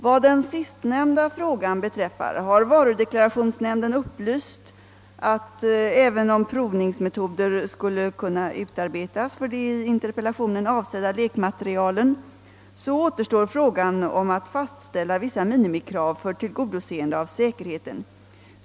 Vad den sistnämnda frågan beträffar har varudeklarationsnämnden upplyst att, även om provningsmetoder skulle kunna utarbetas för den i interpellationen avsedda lekmaterielen, så återstår frågan om att fastställa vissa minimikrav för tillgodoseende av säkerheten.